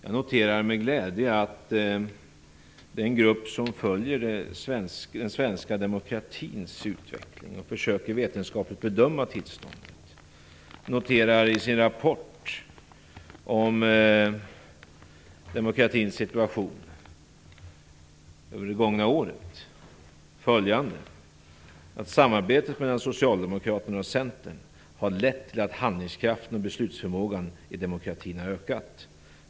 Jag noterar med glädje att den grupp som följer den svenska demokratins utveckling och vetenskapligt försöker att bedöma tillståndet skriver följande i sin rapport om demokratins situation under det gångna året: Samarbetet mellan socialdemokraterna och Centern har lett till att handlingskraften och beslutsförmågan i demokratin har ökat.